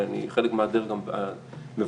ואני חלק מהדרג המבצע,